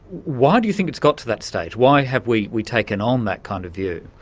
why do you think it's got to that stage? why have we we taken on that kind of view?